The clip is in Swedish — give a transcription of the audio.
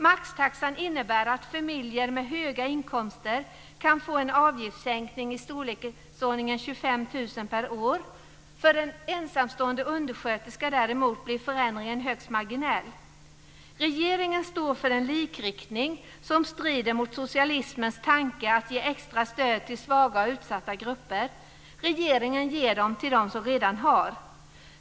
Maxtaxan innebär att familjer med höga inkomster kan få en avgiftssänkning i storleksordningen 25 000 kr per år. För en ensamstående undersköterska däremot blir förändringen högst marginell. Regeringen står för en likriktning som strider mot socialismens tanke att ge extra stöd till svaga och utsatta grupper. Regeringen ger till dem som redan har.